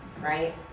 right